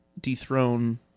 dethrone